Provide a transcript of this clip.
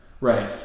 right